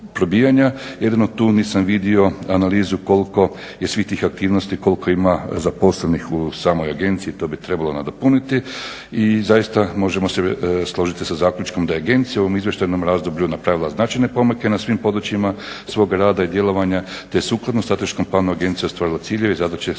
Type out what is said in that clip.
jedino tu nisam vidio analizu koliko je svih tih aktivnosti, koliko ima zaposlenih u samoj agenciji, to bi trebalo nadopuniti i zaista možemo se složiti sa zaključkom da je agencija u ovom izvještajnom razdoblju napravila značajne pomake na svim područjima svog rada i djelovanja te sukladno strateškom planu agencija je ostvarila ciljeve i zadaće svog